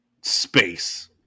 space